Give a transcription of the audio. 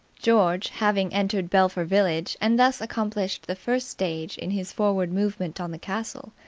george, having entered belpher village and thus accomplished the first stage in his foreward movement on the castle,